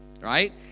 Right